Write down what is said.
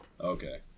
Okay